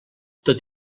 tot